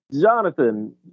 Jonathan